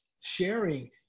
sharing